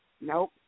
Nope